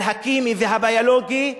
על הכימי והביולוגי,